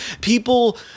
people